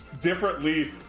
differently